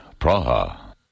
Praha